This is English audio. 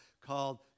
called